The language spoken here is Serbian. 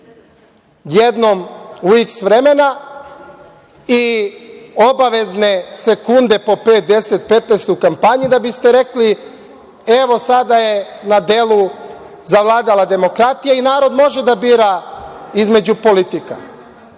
jednom u iks vremena i obavezne sekunde po pet, 10, 15 u kampanji, da biste rekli – evo, sada je na delu zavladala demokratija i narod može da bira između politika?